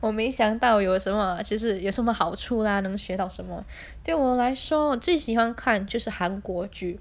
我没想到有什么其实有什么好处 lah 能学到什么对我来说最喜欢看就是韩国剧